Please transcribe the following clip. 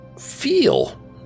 Feel